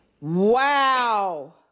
Wow